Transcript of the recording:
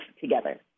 together